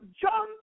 jump